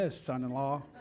son-in-law